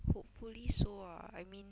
hopefully so ah I mean